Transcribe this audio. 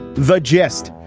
the gist?